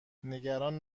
نگران